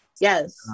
Yes